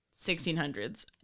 1600s